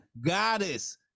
goddess